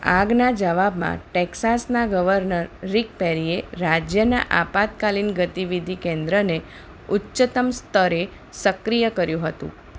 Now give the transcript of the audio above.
આગના જવાબમાં ટેક્સાસના ગવર્નર રિક પેરીએ રાજ્યના આપાતકાલીન ગતિવિધિ કેન્દ્રને ઉચ્ચતમ સ્તરે સક્રિય કર્યું હતું